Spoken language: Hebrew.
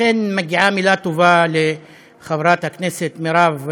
לכן מגיעה מילה טובה לחברת הכנסת מירב לייבזון,